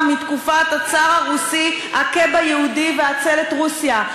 מתקופת הצאר הרוסי: הכה ביהודי והצל את רוסיה.